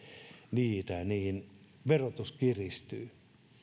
niitä verotus kiristyy